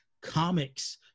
comics